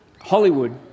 Hollywood